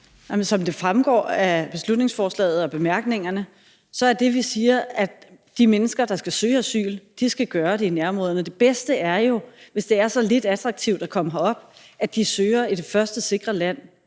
Som det fremgår af beslutningsforslaget og bemærkningerne, er det, vi siger, at de mennesker, som skal søge asyl, skal gøre det i nærområderne. Det bedste er jo, hvis det er så lidt attraktivt at komme herop, at de søger i det første sikre land.